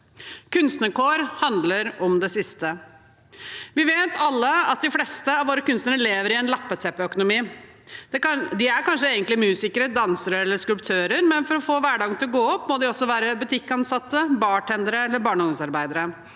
Kunstnerkår handler om det siste. Vi vet alle at de fleste av våre kunstnere lever med en lappeteppeøkonomi. De er kanskje egentlig musikere, dansere eller skulptører, men for å få hverdagen til å gå opp må de også være butikkansatte, bartendere eller barne- og ungdomsarbeidere.